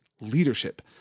leadership